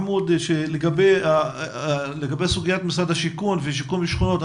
לגבי סוגיית משרד השיכון שיקום שכונות,